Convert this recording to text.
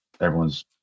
everyone's